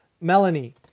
Melanie